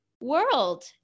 world